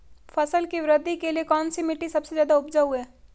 फसल की वृद्धि के लिए कौनसी मिट्टी सबसे ज्यादा उपजाऊ है?